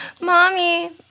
Mommy